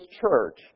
church